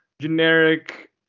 generic